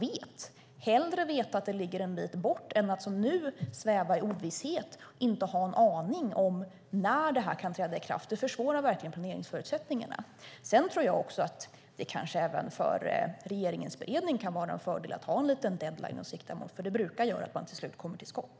Hellre att veta att det ligger en bit bort än att som nu sväva i ovisshet och inte ha en aning om när det här kan träda i kraft. Det försvårar verkligen planeringsförutsättningarna. Sedan tror jag också att det kanske även för regeringens beredning kan vara en fördel att ha en liten deadline att sikta på. Det brukar göra att man till slut kommer till skott.